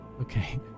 Okay